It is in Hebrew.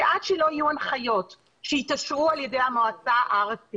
שעד לא יהיו הנחיות שיתאשרו על ידי המועצה הארצית,